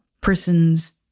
person's